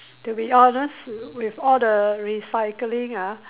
to be honest with all the recycling ah